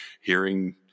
hearing